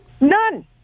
None